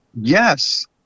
Yes